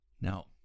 Now